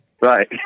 right